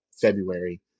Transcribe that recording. February